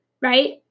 right